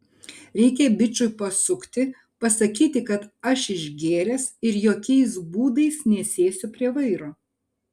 reikia bičui pasukti pasakyti kad aš išgėręs ir jokiais būdais nesėsiu prie vairo